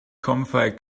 comfy